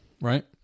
right